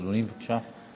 אדוני, בבקשה.